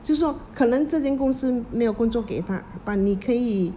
就是说可能这间公司没有工作给他 but 你可以